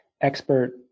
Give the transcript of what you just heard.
expert